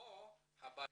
פה הבעיה,